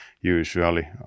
usually